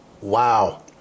Wow